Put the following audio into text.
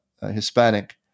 Hispanic